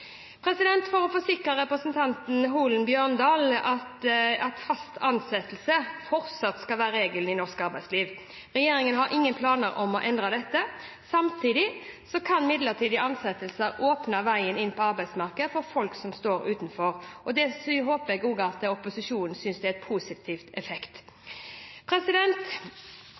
forsikre representanten Holen Bjørdal at fast ansettelse fortsatt skal være regelen i norsk arbeidsliv. Regjeringen har ingen planer om å endre på dette. Samtidig kan midlertidig ansettelse åpne veien inn på arbeidsmarkedet for folk som står utenfor. Det håper jeg også opposisjonen synes er en positiv effekt. Endringene i arbeidsmiljøloven har vært virksomme i vel fire måneder. Det er